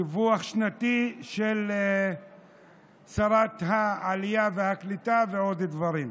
דיווח שנתי של שרת העלייה והקליטה ועוד דברים.